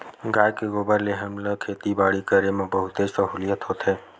गाय के गोबर ले हमला खेती बाड़ी करे म बहुतेच सहूलियत होथे